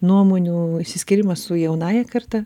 nuomonių išsiskyrimas su jaunąja karta